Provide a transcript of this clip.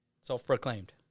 Self-proclaimed